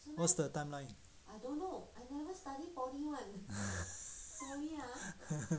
what's the timeline